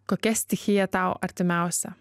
kokia stichija tau artimiausia